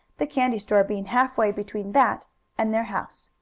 the candy store being half way between that and their house.